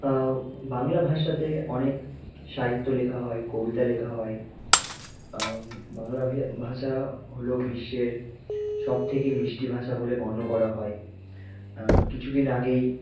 অ্যা উম বাংলা ভাষাতে অনেক সাহিত্য লেখা হয় কবিতা লেখা হয় বাংলা ভাষা হলো বিশ্বের সবথেকে মিষ্টি ভাষা বলে গণ্য করা হয় কিছু দিন আগেই